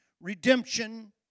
redemption